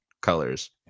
colors